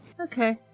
Okay